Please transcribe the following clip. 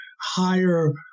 higher